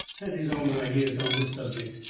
had his own ideas on this subject.